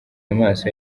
amaso